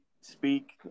speak